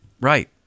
Right